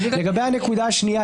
לגבי הנקודה השנייה,